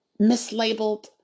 mislabeled